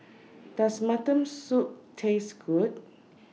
Does Mutton Soup Taste Good